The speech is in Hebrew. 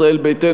ישראל ביתנו,